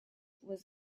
was